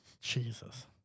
Jesus